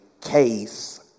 case